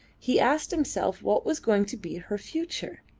he asked himself what was going to be her future.